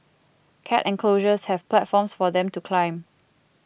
cat enclosures have platforms for them to climb